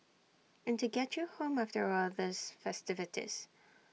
and to get you home after all the festivities